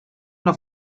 una